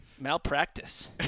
Malpractice